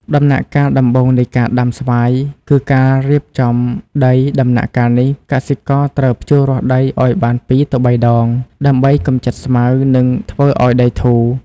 ដំណាក់កាលដំបូងនៃការដាំស្វាយ គឺការរៀបចំដី ដំណាក់កាលនេះកសិករត្រូវភ្ជួររាស់ដីឲ្យបានពីរទៅបីដង ដើម្បីកម្ចាត់ស្មៅ និងធ្វើឲ្យដីធូរ។